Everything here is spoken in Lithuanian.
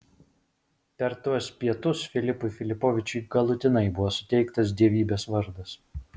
per tuos pietus filipui filipovičiui galutinai buvo suteiktas dievybės vardas